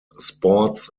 sports